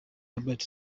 norbert